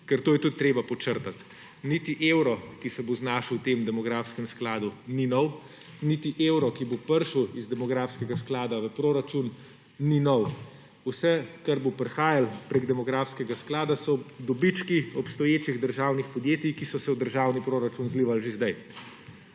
ker to je tudi treba počrpati. Niti evro, ki se bo znašel v tem demografskem skladu ni nov. Niti evro, ki bo prišel iz demografskega sklada v proračun ni nov. Vse kar bo prihajalo preko demografskega sklada so dobički obstoječih državnih podjetij, ki so se v državni proračun zlivali že sedaj.